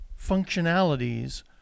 functionalities